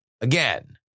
Again